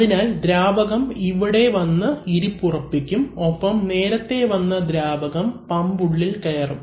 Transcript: അതിനാൽ ദ്രാവകം ഇവിടെ വന്നു ഇരിപ്പുറപ്പിക്കും ഒപ്പം നേരത്തെ വന്ന ദ്രാവകം പമ്പ് ഉള്ളിൽ കയറും